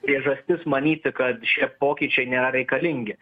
priežastis manyti kad šie pokyčiai nėra reikalingi